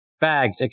bags